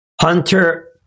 Hunter